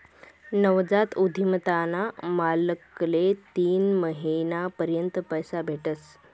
नवजात उधिमताना मालकले तीन महिना पर्यंत पैसा भेटस